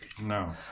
No